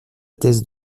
thèse